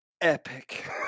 epic